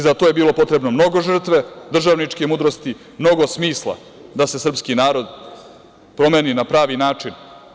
Za to je bilo potrebno mnogo žrtve, državničke mudrosti, mnogo smisla da se srpski narod promeni na pravi način.